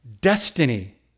Destiny